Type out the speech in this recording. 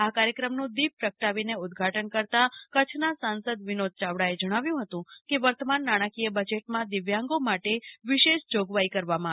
આ કાર્યક્રમનું દીપ પ્રગટાવીને ઉદ્વાટન કરતા કચ્છના સાંસદ વિનોદ યાવડાએ જણાવ્યું હતુ કે વર્તમાન નાણાકીય બજેટમાં દીવ્યાંગો માટે વિશેષ જોગવાઈ કરવામાં આવી છે